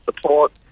support